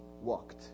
walked